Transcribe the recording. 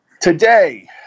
Today